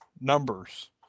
numbers